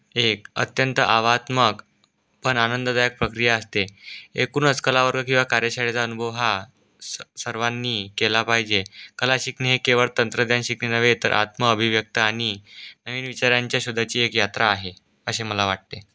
एक अत्यंत आवात्मक पण आनंददायक प्रक्रिया असते एकूणच कलावर्ग किंवा कार्यशाळेचा अनुभव हा स सर्वांनी केला पाहिजे कला शिकणे हे केवळ तंत्रज्ञान शिकणे नव्हे तर आत्मअभिव्यक्ती आणि नवीन विचारांच्या शोधाची एक यात्रा आहे असे मला वाटते